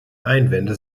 einwände